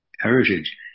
heritage